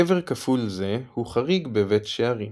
קבר כפול זה הוא חריג בבית שערים.